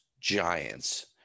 Giants